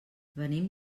venim